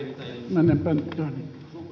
menen pönttöön